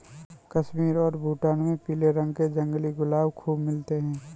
कश्मीर और भूटान में पीले रंग के जंगली गुलाब खूब मिलते हैं